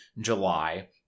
July